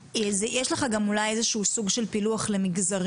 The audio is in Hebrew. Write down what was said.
יש לך גם אולי איזה שהוא סוג של פילוח למגזרים?